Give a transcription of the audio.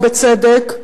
ובצדק,